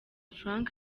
frank